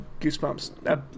goosebumps